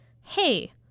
hey